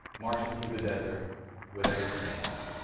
marching through the desert with everything they have.